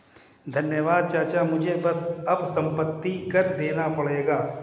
धन्यवाद चाचा मुझे बस अब संपत्ति कर देना पड़ेगा